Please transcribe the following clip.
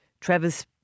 Travis